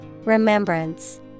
Remembrance